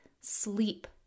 sleep